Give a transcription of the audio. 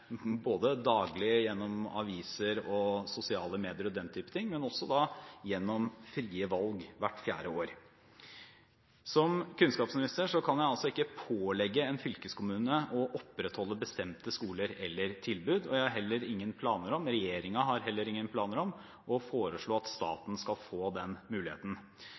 både daglig, gjennom aviser, sosiale medier osv., og gjennom frie valg hvert fjerde år. Som kunnskapsminister kan jeg ikke pålegge en fylkeskommune å opprettholde bestemte skoler eller tilbud, og jeg, og regjeringen, har heller ingen planer om å foreslå at staten skal få den muligheten.